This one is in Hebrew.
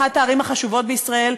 אחת הערים החשובות בישראל,